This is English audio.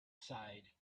side